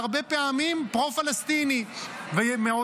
שהוא בהרבה פעמים פרו-פלסטיני -- מה עושים עם זה?